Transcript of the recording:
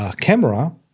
camera